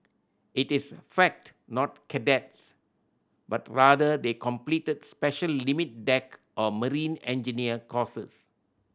it is fact not cadets but rather they completed special limit deck or marine engineer courses